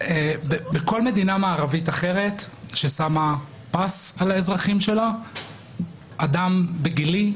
בכל מדינה מערבית אחרת ששמה פס על האזרחים שלה אדם בגילי,